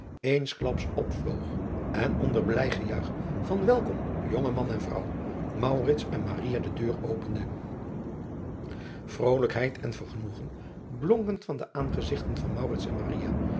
eensklaps opvloog en onder blij gejuich van elkom jonge man en vrouw en de deur opende rolijkheid en vergenoegen blonken van de aangezigten van en